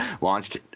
launched –